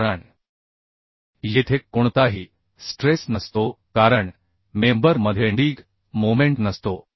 कारण येथे कोणताही स्ट्रेस नसतो कारण मेम्बर मध्येबेन्डीग मोमेन्ट नसतो